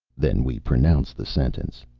then we pronounce the sentence,